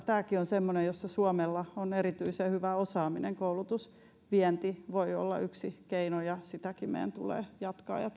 tämäkin on semmoinen jossa suomella on erityisen hyvä osaaminen koulutusvienti voi olla yksi keino ja sitäkin meidän tulee jatkaa ja